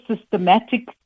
systematic